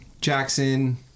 Jackson